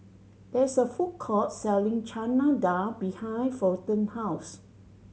there is a food court selling Chana Dal behind Fulton house